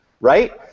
right